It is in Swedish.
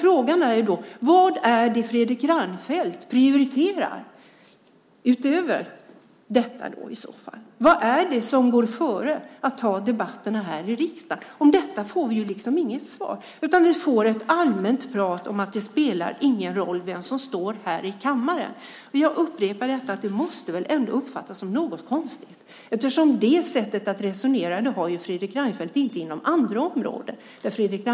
Frågan är vad Fredrik Reinfeldt i så fall prioriterar. Vad är det som går före debatterna i riksdagen? Om detta får vi inget svar, utan vi får ett allmänt prat om att det inte spelar någon roll vem som står i kammaren. Jag upprepar att det måste uppfattas som något märkligt, eftersom Fredrik Reinfeldt inte resonerar på det sättet när det gäller andra områden där han deltar.